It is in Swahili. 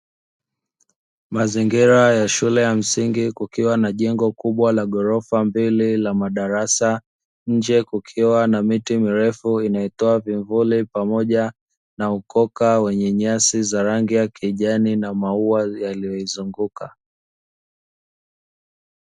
Mazingira ya shule ya msingi kukiwa na jengo kubwa la gorofa mbili la madarasa, nje kukiwa na miti mirefu inayotoa vivuli pamoja na ukoka wenye nyasi za rangi ya kijani, na maua yaliyoizunguka.